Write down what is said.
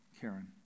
Karen